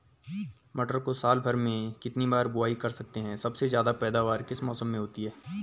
मटर को साल भर में कितनी बार बुआई कर सकते हैं सबसे ज़्यादा पैदावार किस मौसम में होती है?